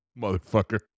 Motherfucker